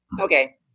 Okay